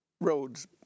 roads